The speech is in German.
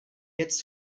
jetzt